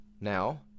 Now